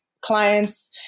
clients